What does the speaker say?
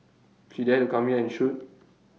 she dare to come here and shoot